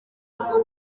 ati